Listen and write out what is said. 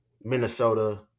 Minnesota